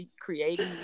creating